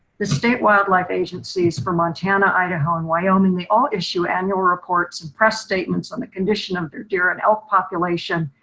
the state wildlife agencies for montana, idaho and wyoming they all issue annual reports and press statements on the condition of their deer and elk population,